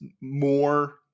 more